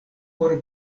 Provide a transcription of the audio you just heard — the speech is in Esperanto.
por